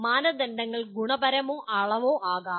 മാനദണ്ഡങ്ങൾ ഗുണപരമോ അളവോ ആകാം